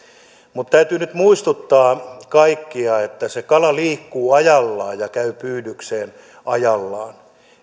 täytyy nyt muistuttaa kaikkia että se kala liikkuu ajallaan ja käy pyydykseen ajallaan